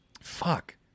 Fuck